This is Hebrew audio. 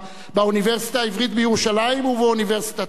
באוניברסיטה העברית בירושלים ובאוניברסיטת אריאל.